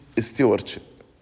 stewardship